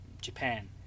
Japan